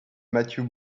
matthew